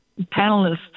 panelists